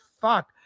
fuck